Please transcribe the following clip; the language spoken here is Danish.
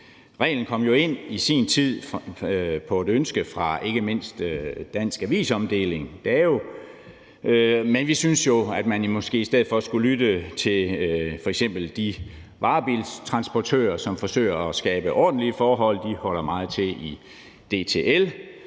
Reglen kom i sin tid ind som et ønske fra ikke mindst Dansk Avis Omdeling, DAO, men vi synes jo, at man måske i stedet for skulle lyttet til f.eks. de varebilstransportører, som forsøger at skabe ordentlige forhold. De holder meget til i DTL,